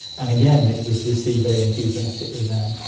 and again, it was received very enthusiastically there.